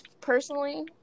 personally